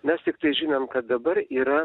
nes tiktai žinom kad dabar yra